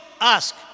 ask